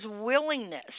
willingness